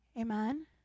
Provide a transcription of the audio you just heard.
Amen